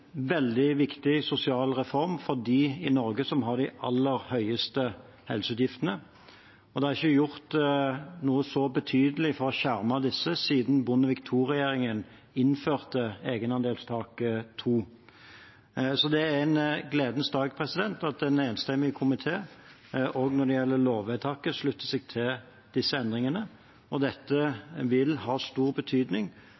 veldig viktig sosial reform for dem i Norge som har de aller høyeste helseutgiftene. Det er ikke gjort noe så betydelig for å skjerme disse siden Bondevik II-regjeringen innførte egenandelstak 2. Det er en gledens dag at en enstemmig komité, også når det gjelder lovvedtaket, slutter seg til disse endringene.